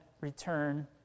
return